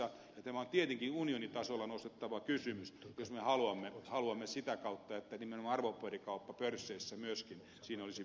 tämä on tietenkin unionitasolla nostettava kysymys jos me haluamme sitä kautta että nimenomaan arvopaperikaupassa pörsseissä myöskin olisi verotusta mukana